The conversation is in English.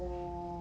more